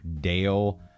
Dale